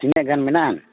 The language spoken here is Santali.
ᱛᱤᱱᱟᱹᱜ ᱜᱟᱱ ᱢᱮᱱᱟᱜᱼᱟ